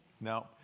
No